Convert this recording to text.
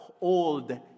Old